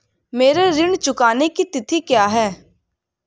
मेरे ऋण चुकाने की तिथि क्या है?